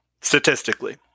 statistically